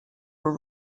were